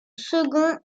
second